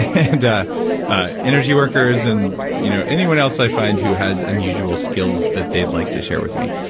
and ah energy workers and you know anyone else i find who has unusual skills that they'd like to share with me.